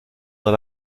dans